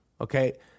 okay